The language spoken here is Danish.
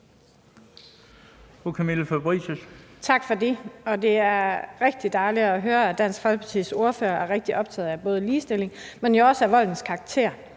Tak for det. Det er rigtig dejligt at høre, at Dansk Folkepartis ordfører er rigtig optaget af både ligestilling, men jo også af voldens karakter.